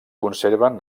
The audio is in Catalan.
conserven